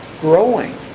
growing